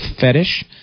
fetish